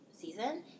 season